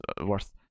worth